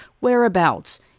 whereabouts